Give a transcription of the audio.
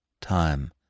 Time